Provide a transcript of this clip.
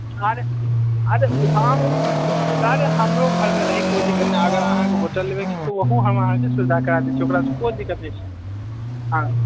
अरे अरे हाँ ओ अरे हमरो घरमे रहएके कोइ दिक्कत नहि अगर अहाँ होटल लेबै छी तऽ ओहू हम अहाँकेँ सुविधा करा दए छी ओकरासँ कोइ दिक्कत नहि छै हाँ